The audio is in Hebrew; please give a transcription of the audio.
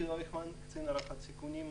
קצין הערכת סיכונים ארצי.